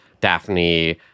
Daphne